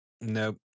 nope